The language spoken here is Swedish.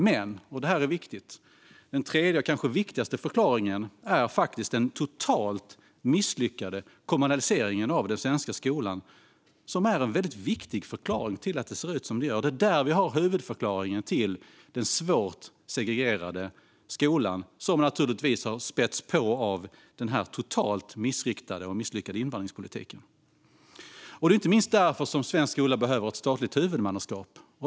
Men den kanske viktigaste förklaringen är faktiskt den totalt misslyckade kommunaliseringen av den svenska skolan. Det är en väldigt viktig förklaring till att det ser ut som det gör. Det är där vi har huvudförklaringen till den svårt segregerade skolan, som naturligtvis har spätts på av den totalt missriktade och misslyckade invandringspolitiken. Det är inte minst därför som svensk skola behöver ett statligt huvudmannaskap.